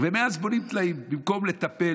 ומאז בונים טלאים במקום לטפל,